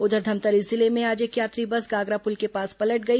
उधर धमतरी जिले में आज एक यात्री बस गागरा पुल के पास पलट गई